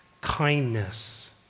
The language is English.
kindness